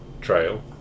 trail